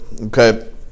okay